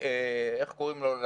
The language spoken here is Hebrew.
איך קוראים לו?